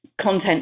content